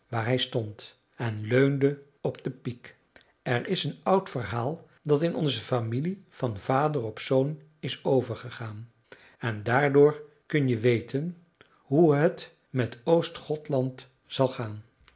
waar hij stond en leunde op de piek er is een oud verhaal dat in onze familie van vader op zoon is overgegaan en daardoor kun je weten hoe het met oostgothland zal gaan